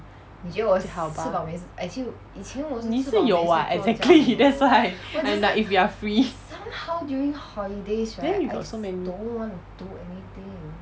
好吧你是有 [what] exactly that's why and like if you are free then you got so many